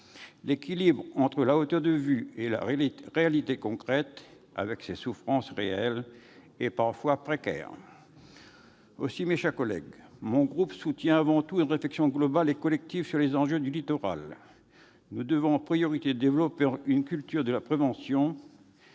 L'équilibre entre la hauteur de vues et la réalité concrète, avec ses souffrances réelles, est parfois précaire. Aussi, mes chers collègues, mon groupe soutient avant tout une réflexion globale et collective sur les enjeux liés au littoral. Nous devons en priorité développer une culture de la prévention